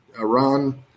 Iran